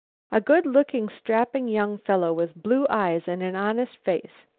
a good-looking, strapping young fellow, with blue eyes and an honest face.